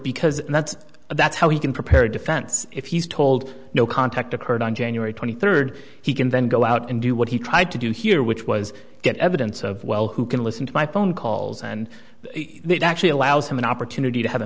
because that's that's how he can prepare a defense if he's told no contact occurred on january twenty third he can then go out and do what he tried to do here which was get evidence of well who can listen to my phone calls and it actually allows him an opportunity to have a